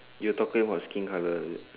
you talking about skin colour is it